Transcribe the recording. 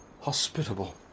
hospitable